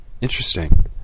Interesting